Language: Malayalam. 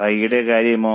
Y യുടെ കാര്യമോ